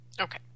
Okay